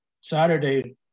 Saturday